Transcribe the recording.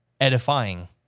edifying